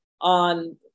on